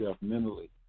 mentally